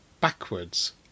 backwards